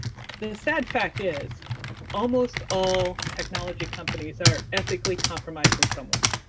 the sad fact is almost all technology companies are ethically compromised in some way.